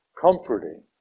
comforting